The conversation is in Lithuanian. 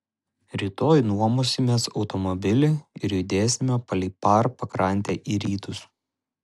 rytoj nuomosimės automobilį ir judėsime palei par pakrantę į rytus